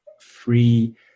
free